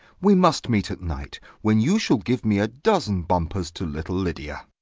we must meet at night, when you shall give me a dozen bumpers to little lydia.